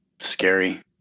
Scary